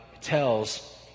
tells